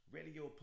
Radio